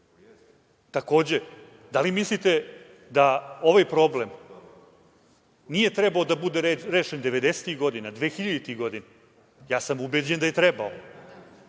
vlasti. Da li mislite da ovaj problem nije trebao da bude rešen devedesetih godina, 2000. godina? Ja sam ubeđen da je trebao.